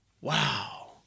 wow